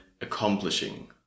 accomplishing